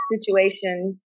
situation